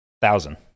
Thousand